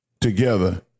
together